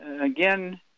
again